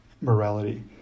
morality